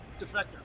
Defector